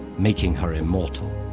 making her immortal.